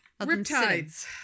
Riptides